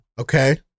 Okay